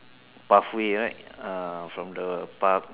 path way right ah from the park